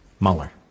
Mueller